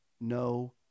no